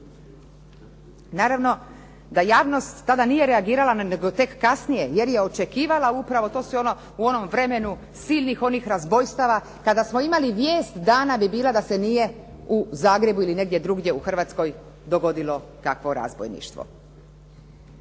Naravno da javnost tada nije reagirala nego tek kasnije jer je očekivala upravo, to je u onom vremenu silnih onih razbojstava kada smo imali, vijest dana bi bila da se nije u Zagrebu ili negdje drugdje u Hrvatskoj dogodilo kakvo razbojništvo.